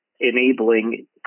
enabling